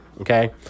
okay